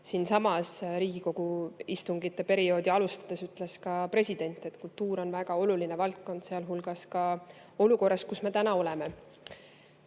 Siinsamas Riigikogu istungite perioodi alustades ütles ka president, et kultuur on väga oluline valdkond, sealhulgas olukorras, kus me praegu oleme.